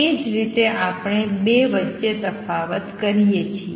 તે જ રીતે આપણે ૨ વચ્ચે તફાવત કરીએ છીએ